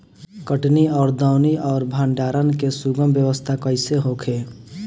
कटनी और दौनी और भंडारण के सुगम व्यवस्था कईसे होखे?